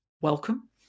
Welcome